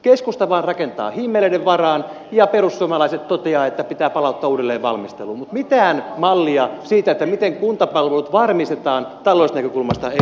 keskusta vain rakentaa himmeleiden varaan ja perussuomalaiset toteavat että pitää palauttaa uudelleen valmisteluun mutta mitään mallia siitä miten kuntapalvelut varmistetaan taloudellisesta näkökulmasta ei tullut kummaltakaan